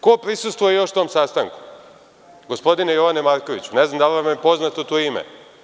Ko prisustvuje još tom sastanku, gospodine Jovane Markoviću, ne znam da li vam je poznato to ime.